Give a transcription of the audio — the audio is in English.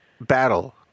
battle